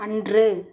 அன்று